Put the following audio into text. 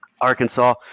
Arkansas